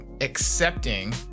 accepting